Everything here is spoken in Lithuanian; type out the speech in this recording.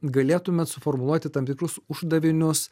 galėtumėt suformuluoti tam tikrus uždavinius